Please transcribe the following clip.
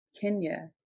Kenya